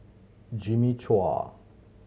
Jimmy Chua